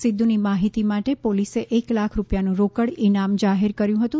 સિદ્ધુની માહિતી માટે પોલીસે એક લાખ રૂપિયાનું રોકડ ઇનામ જાહેર કર્યું હતું